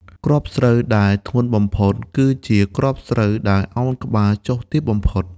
គ្រាប់ស្រូវដែលធ្ងន់បំផុត គឺជាគ្រាប់ស្រូវដែលឱនក្បាលចុះទាបបំផុត។